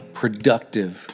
productive